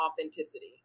authenticity